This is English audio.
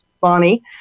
Bonnie